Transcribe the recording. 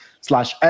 slash